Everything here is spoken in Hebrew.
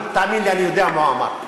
תאמין לי, אני יודע מה הוא אמר.